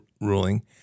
ruling